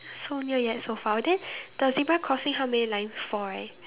so near yet so far then the zebra crossing how many lines four right